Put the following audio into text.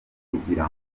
kugira